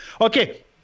Okay